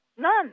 None